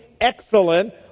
excellent